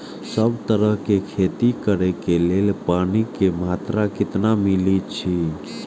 सब तरहक के खेती करे के लेल पानी के मात्रा कितना मिली अछि?